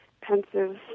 pensive